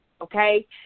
okay